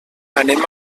anem